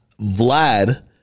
Vlad